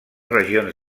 regions